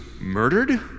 murdered